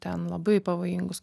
ten labai pavojingus